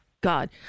god